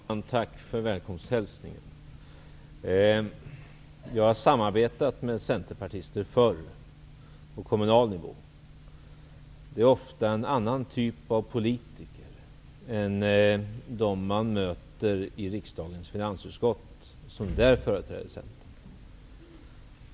Herr talman! Tack för välkomsthälsningen! Jag har samarbetat med centerpartister förr, på kommunal nivå. Det är ofta en annan typ av politiker än dem man möter i riksdagens finansutskott företrädande Centern.